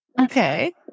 okay